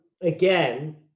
again